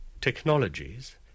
technologies